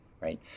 right